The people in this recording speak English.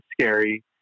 scary